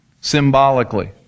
symbolically